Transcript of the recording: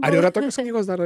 ar yra tokios knygos dar